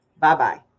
Bye-bye